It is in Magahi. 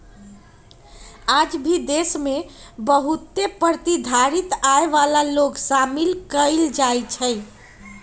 आज भी देश में बहुत ए प्रतिधारित आय वाला लोग शामिल कइल जाहई